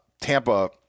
Tampa